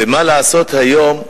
ומה לעשות, היום,